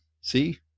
see